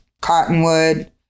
Cottonwood